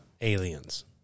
aliens